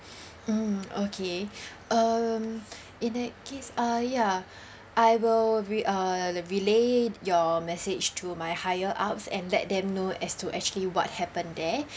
mm okay um in that case uh ya I will re~ uh relay your message to my higher ups and let them know as to actually what happen there